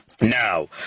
Now